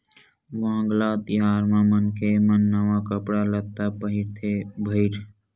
वांगला तिहार म मनखे मन नवा कपड़ा लत्ता पहिरथे भईर